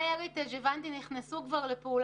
הבנתי ש My Heritage נכנסו כבר לפעולה,